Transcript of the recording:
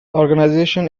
organization